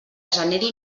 generi